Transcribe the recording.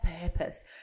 purpose